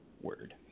word